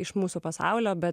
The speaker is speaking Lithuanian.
iš mūsų pasaulio bet